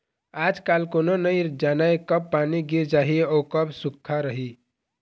आजकाल कोनो नइ जानय कब पानी गिर जाही अउ कब सुक्खा रही